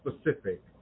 specific